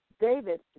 David